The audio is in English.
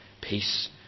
peace